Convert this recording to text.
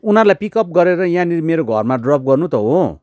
उनीहरूलाई pick up गरेर यहाँनिर मेरो घरमा ड्रप गर्नु त हो